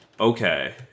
Okay